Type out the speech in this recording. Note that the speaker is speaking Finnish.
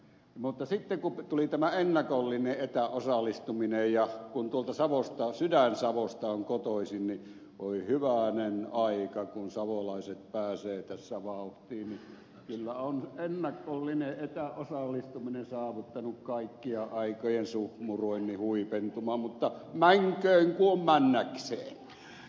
mutta sitten kun tuli tämä ennakollinen etäosallistuminen ja kun tuolta sydän savosta on kotoisin niin voi hyvänen aika kun savolaiset pääsevät tässä vauhtiin niin kyllä on ennakollinen etäosallistuminen saavuttanut kaikkien aikojen suhmuroinnin huipentuman mutta mänköön ku on männäkseen